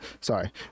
sorry